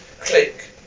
Click